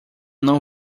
não